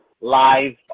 live